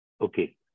Okay